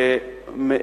אני חייב לומר,